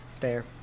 Fair